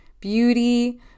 beauty